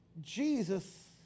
Jesus